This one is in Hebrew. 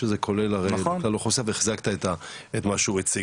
שזה כולל את כלל האוכלוסייה ואתה חיזקת את מה שהוא הציג.